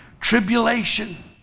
tribulation